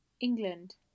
England